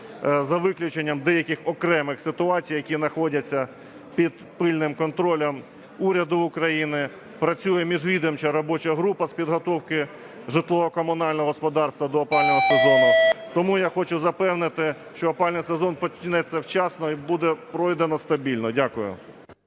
за виключенням деяких окремих ситуацій, які знаходяться під пильним контролем уряду України. Працює міжвідомча робоча група з підготовки житлово-комунального господарства до опалювального сезону. Тому я хочу запевнити, що опалювальний сезон почнеться вчасно і буде пройдено стабільно.